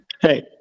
hey